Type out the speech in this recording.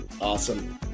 Awesome